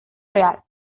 real